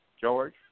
George